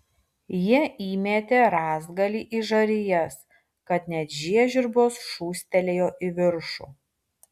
jie įmetė rąstagalį į žarijas kad net žiežirbos šūstelėjo į viršų